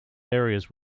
areas